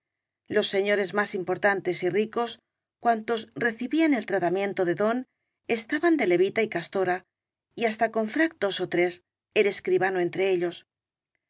los señores más importantes y ricos cuantos recibían el tratamiento de don estaban de levita y castora y hasta con frac dos ó tres el es cribano entre ellos